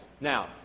Now